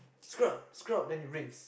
scrub scrub then you rinse